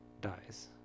dies